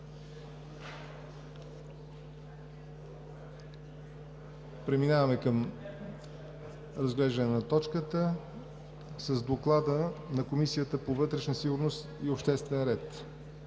Преминаваме към разглеждане на точката. С Доклада на Комисията по вътрешна сигурност и обществен ред